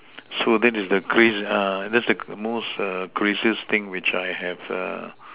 so that is the craze uh that's the most err craziest thing which I have uh